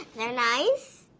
they're nice,